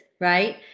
Right